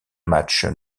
match